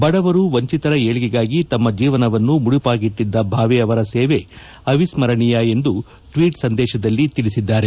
ಬಡವರು ವಂಚಿತರ ಏಳ್ಗೆಗಾಗಿ ತಮ್ಮ ಜೀವನವನ್ನು ಮುಡಿಪಾಗಿಟ್ಟಿದ್ದ ಭಾವೆ ಅವರ ಸೇವೆ ಅವಿಸ್ಕರಣೀಯ ಎಂದು ಟ್ವೀಟ್ ಸಂದೇಶದಲ್ಲಿ ತಿಳಿಸಿದ್ದಾರೆ